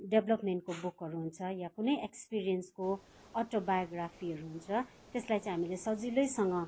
डेभलपमेन्टको बुकहरू हुन्छ या कुनै एक्सपिरियन्सको अटोबायोग्राफीहरू हुन्छ त्यसलाई चाहिँ हामीले सजिलैसँग